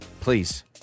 please